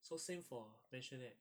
so same for maisonette